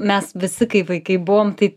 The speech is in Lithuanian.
mes visi kai vaikai buvom tai